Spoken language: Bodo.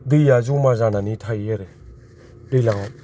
दैया ज'मा जानानै थायो आरो दैलांआव